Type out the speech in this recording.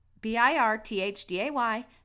B-I-R-T-H-D-A-Y